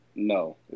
No